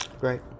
Great